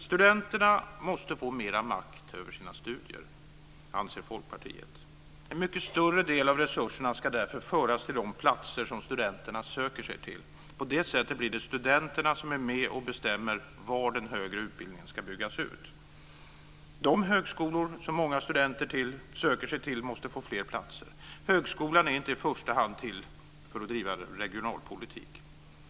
Studenterna måste få mera makt över sina studier, anser vi i Folkpartiet. En mycket större del av resurserna ska därför föras till de platser som studenterna söker sig till. På det sättet blir det studenterna som är med och bestämmer var den högre utbildningen ska byggas ut. De högskolor som många studenter söker sig till måste få fler platser. Högskolan är inte i första hand till för att driva regionalpolitik.